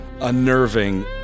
unnerving